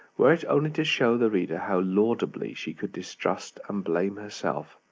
were it only to show the reader how laudably she could mistrust and blame herself,